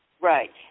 Right